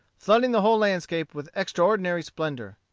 flooding the whole landscape with extraordinary splendor.